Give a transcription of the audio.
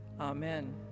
Amen